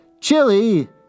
Chili